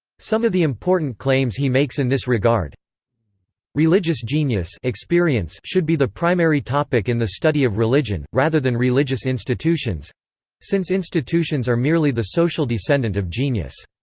some of the important claims he makes in this regard religious genius should be the primary topic in the study of religion, rather than religious institutions since institutions are merely the social descendant of genius.